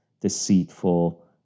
deceitful